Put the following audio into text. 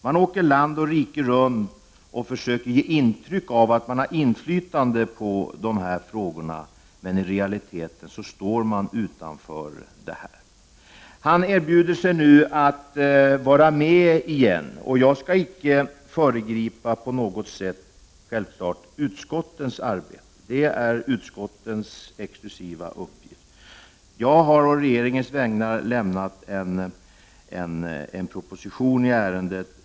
Man åker land och rike runt och försöker ge intryck av att man har inflytande när det gäller dessa frågor, men i realiteten står man utanför. Arne Andersson erbjuder sig nu att vara med igen och jag skall självfallet icke på något sätt föregripa det arbete som ingår i utskottets exklusiva uppgift. Jag har å regeringens vägnar avgivit en proposition i ärendet.